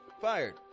Fired